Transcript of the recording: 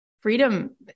freedom